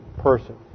person